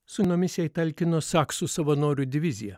sūnumis jai talkino saksų savanorių divizija